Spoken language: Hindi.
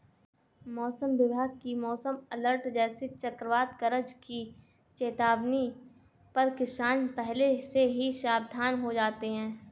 मौसम विभाग की मौसम अलर्ट जैसे चक्रवात गरज की चेतावनी पर किसान पहले से ही सावधान हो जाते हैं